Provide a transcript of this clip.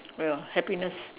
well happiness